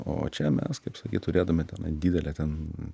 o čia mes kaip sakyt turėdami tenai didelę ten